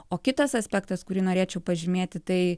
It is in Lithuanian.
o kitas aspektas kurį norėčiau pažymėti tai